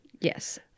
Yes